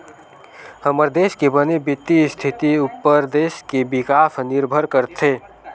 हमर देस के बने बित्तीय इस्थिति उप्पर देस के बिकास ह निरभर करथे